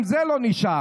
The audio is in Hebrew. גם לזה לא נשאר.